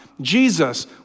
Jesus